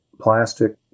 plastic